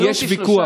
כרגע יש ויכוח.